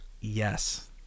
Yes